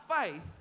faith